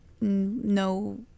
no